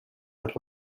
that